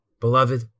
Beloved